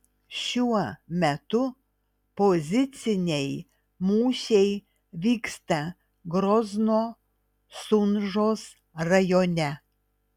šiuo metu poziciniai mūšiai vyksta grozno sunžos rajone